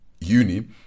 uni